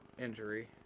injury